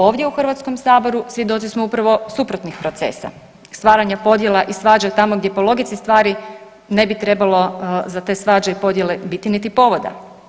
Ovdje u HS-u svjedoci smo upravo suprotnih procesa, stvaranje podjela i svađa tamo gdje po logici stvari ne bi trebalo za te svađe i podjele biti niti povoda.